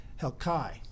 Helkai